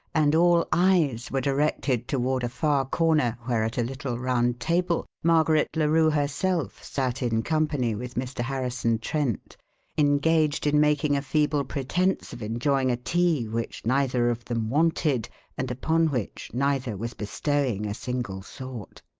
and all eyes were directed toward a far corner where at a little round table margaret larue herself sat in company with mr. harrison trent engaged in making a feeble pretence of enjoying a tea which neither of them wanted and upon which neither was bestowing a single thought.